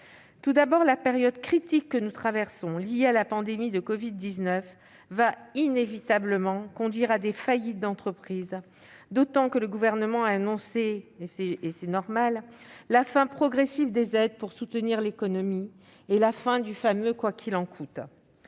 Tout d'abord, la période critique que nous traversons, liée à la pandémie de covid-19, va inévitablement conduire à des faillites d'entreprises, d'autant que le Gouvernement a annoncé, ce qui est logique, la fin progressive des aides pour soutenir l'économie et la fin du fameux « quoi qu'il en coûte ».